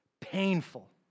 painful